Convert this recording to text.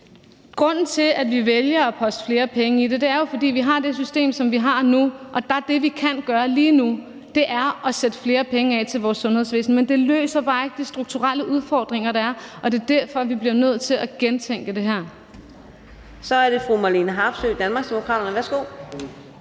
Grunden til, at vi vælger at poste flere penge i det, er jo, at vi har det system, som vi har nu, og der er det, vi kan gøre lige nu, at sætte flere penge af til vores sundhedsvæsen. Men det løser bare ikke de strukturelle udfordringer, der er, og det er derfor, vi bliver nødt til at gentænke det her. Kl. 13:14 Fjerde næstformand (Karina